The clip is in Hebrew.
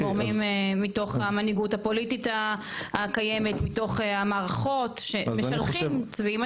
גורמים מתוך המנהיגות הפוליטית הקיימת מתוך המערכות שמשלחים צבי,